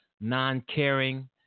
non-caring